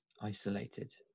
isolated